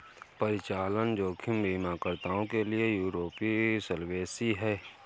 परिचालन जोखिम बीमाकर्ताओं के लिए यूरोपीय सॉल्वेंसी है